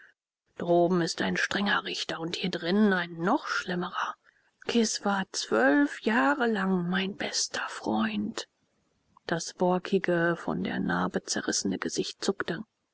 droben ist ein strenger richter und hier drinnen ein noch schlimmerer kis war zwölf jahre lang mein bester freund das borkige von der narbe zerrissene gesicht zuckte